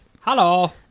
Hello